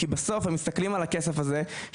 כי בסוף הם מסתכלים על הכסף הזה,